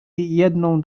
jedną